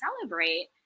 celebrate